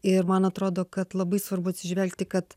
ir man atrodo kad labai svarbu atsižvelgti kad